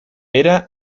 era